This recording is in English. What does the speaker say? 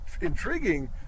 Intriguing